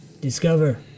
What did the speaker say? Discover